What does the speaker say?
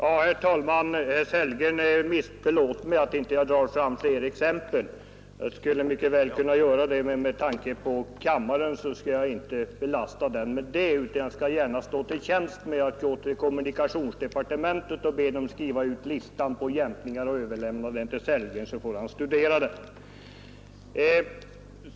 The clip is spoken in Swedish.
Herr talman! Herr Sellgren är missbelåten med att jag inte gav fler exempel. Jag skulle mycket väl kunna göra det; men jag skall inte trötta kammarens ledamöter med det. Jag skall i stället gärna stå till tjänst med att gå till kommunikationsdepartementet och be dem där skriva ut listan över jämkningar och överlämna den till herr Sellgren, så får han studera den.